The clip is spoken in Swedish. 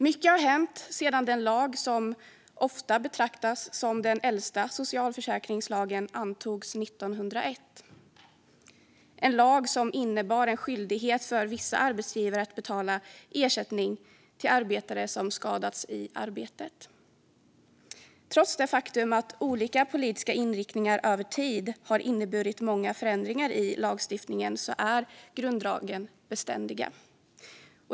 Mycket har hänt sedan den lag som ofta betraktas som den äldsta socialförsäkringslagen antogs 1901 och som innebar en skyldighet för vissa arbetsgivare att betala ersättning till arbetare som skadats i arbetet. Trots att olika politiska inriktningar över tid har inneburit många förändringar i lagstiftningen är grunddragen beständiga.